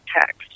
text